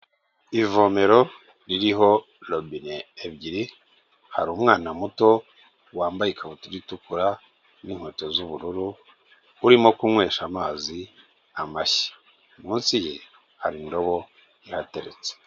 Ivomero ririho robine ebyiri, hari umwana muto wambaye ikabutura itukura n'inkweto z'ubururu, urimo kunywesha amazi amashyi. Munsi ye hari indobo ihateretse.